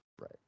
Right